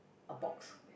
a box